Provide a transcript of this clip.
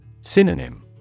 Synonym